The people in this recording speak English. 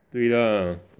对 lah